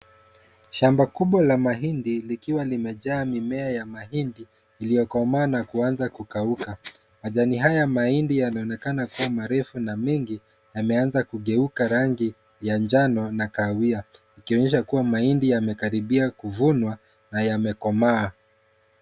Shamba kubwa la mahindi likiwa limejaa mimea ya mahindi iliyokomaa na kuanza kukauka. Majani haya ya mahindi yanaonekana kuwa marefu na mengi yameanza kugeuka rangi ya njano na kahawia yakionyesha kuwa mahindi yamekaribia kuvunwa na yamekomaa.